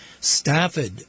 Stafford